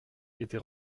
était